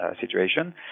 situation